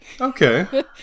Okay